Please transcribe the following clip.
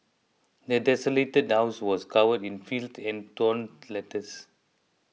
the desolated house was covered in filth and torn letters